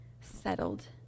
settled